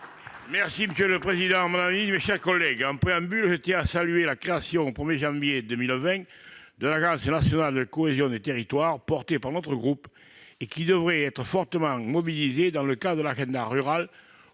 Requier. Monsieur le président, madame la ministre, mes chers collègues, je tiens à saluer, en préambule, la création au 1 janvier 2020 de l'Agence nationale de la cohésion des territoires, portée par notre groupe, qui devrait être fortement mobilisée dans le cadre de l'agenda rural